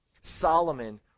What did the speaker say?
Solomon